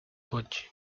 coche